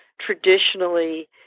traditionally